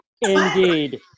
indeed